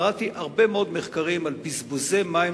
קראתי הרבה מאוד מחקרים על בזבוזי מים